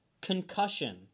Concussion